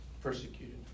persecuted